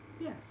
yes